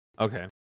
Okay